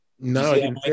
No